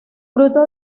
fruto